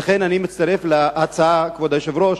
לכן אני מצטרף להצעה, כבוד היושב-ראש,